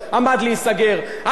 את החוק בקריאה שנייה ובקריאה שלישית,